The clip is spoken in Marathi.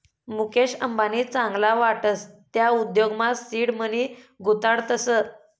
मुकेश अंबानी चांगला वाटस त्या उद्योगमा सीड मनी गुताडतस